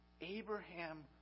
Abraham